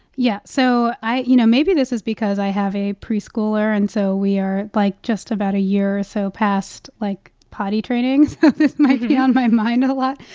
yeah. so i you know, maybe this is because i have a preschooler and so we are, like, just about a year or so past, like, potty training. so might be on my mind and a lot.